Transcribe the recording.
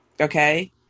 okay